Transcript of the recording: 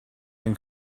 can